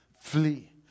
Flee